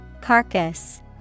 Carcass